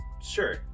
Sure